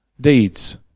deeds